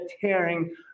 tearing